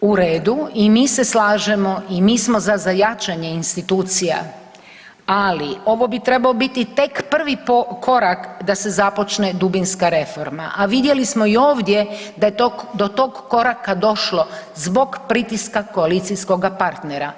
U redu i mi se slažemo i mi smo za jačanje institucija, ali ovo bi treba biti tek prvi korak da se započne dubinska reforma, a vidjeli smo i ovdje da je do tog koraka došlo zbog pritiska koalicijskog partnera.